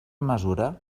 mesura